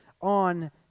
on